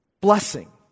Blessing